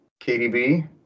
KDB